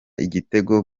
igitego